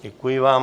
Děkuji vám.